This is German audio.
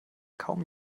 kaum